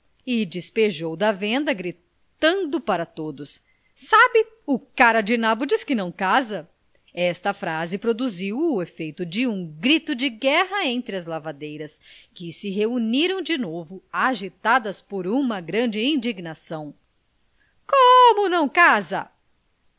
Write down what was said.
e despejou da venda gritando para todos sabe o cara de nabo diz que não casa esta frase produziu o efeito de um grito de guerra entre as lavadeiras que se reuniram de novo agitadas por uma grande indignação como não casa